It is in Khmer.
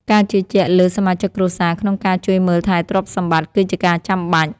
ការជឿជាក់លើសមាជិកគ្រួសារក្នុងការជួយមើលថែទ្រព្យសម្បត្តិ គឺជាការចាំបាច់។